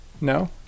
no